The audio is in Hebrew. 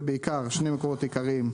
זה בעיקר שני מקורות עיקריים,